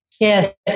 Yes